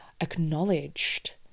acknowledged